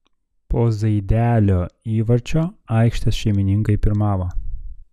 po zaidelio įvarčio aikštės šeimininkai pirmavo